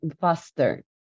faster